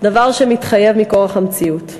דבר שמתחייב מכורח המציאות.